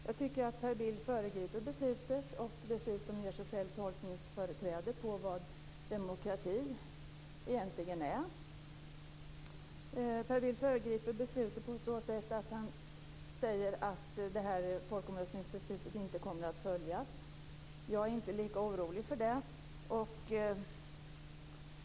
Jag tycker att Per Bill föregriper beslutet och dessutom ger sig själv tolkningsföreträde i fråga om vad demokrati egentligen är. Per Bill föregriper beslutet på så sätt att han säger att detta folkomröstningsbeslut inte kommer att följas. Jag är inte lika orolig för det.